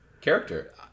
character